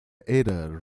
error